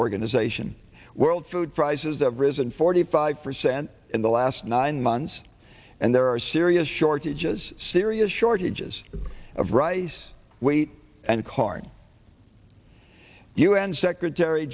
organization world food prices have risen forty five percent in the last nine months and there are serious shortages serious shortages of rice wheat and corn un secretary